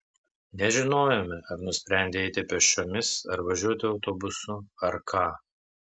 nežinojome ar nusprendei eiti pėsčiomis ar važiuoti autobusu ar ką